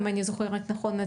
אם אני זוכרת נכון,